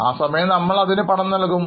ആ സമയം നമ്മൾ അതിനു പണം നൽകും